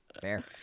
Fair